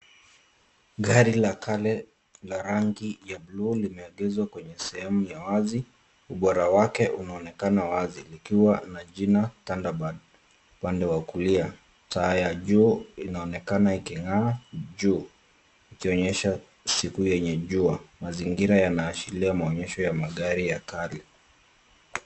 Gari la kale la rangi ya buluu limeegezwa kwenye sehemu ya wazi. Ubora wake unaonekana wazi likiwa na jina thunder bird upande wa kulia. Taa ya juu inaonekana iking'aa juu ikionyesha siku yenye jua. Mazingira yana ashiria mwonyesha ya magari ya kale.